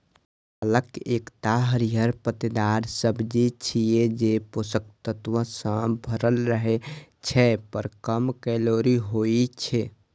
पालक एकटा हरियर पत्तेदार सब्जी छियै, जे पोषक तत्व सं भरल रहै छै, पर कम कैलोरी होइ छै